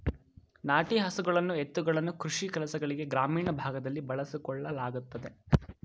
ನಾಟಿ ಹಸುಗಳನ್ನು ಎತ್ತುಗಳನ್ನು ಕೃಷಿ ಕೆಲಸಗಳಿಗೆ ಗ್ರಾಮೀಣ ಭಾಗದಲ್ಲಿ ಬಳಸಿಕೊಳ್ಳಲಾಗುತ್ತದೆ